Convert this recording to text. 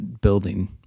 building